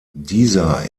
dieser